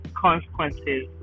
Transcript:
consequences